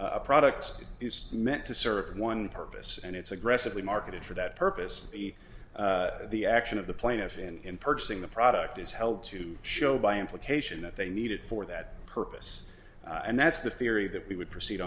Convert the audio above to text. a product is meant to serve one purpose and it's aggressively marketed for that purpose the action of the plaintiff in purchasing the product is held to show by implication that they need it for that purpose and that's the theory that we would proceed